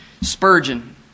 Spurgeon